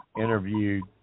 interviewed